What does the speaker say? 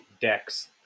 decks